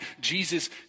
Jesus